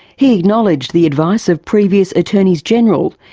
he acknowledged the advice of previous attorneys general,